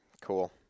Cool